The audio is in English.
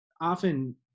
often